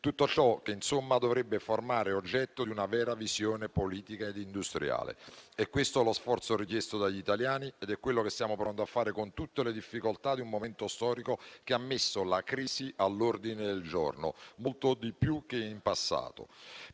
tutto ciò che dovrebbe formare oggetto di una vera visione politica ed industriale. È questo lo sforzo richiesto dagli italiani ed è quello che stiamo provando a fare con tutte le difficoltà di un momento storico che ha messo la crisi all'ordine del giorno, molto di più che in passato.